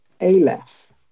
Aleph